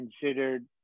considered